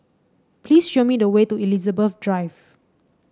please show me the way to Elizabeth Drive